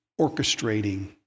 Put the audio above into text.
orchestrating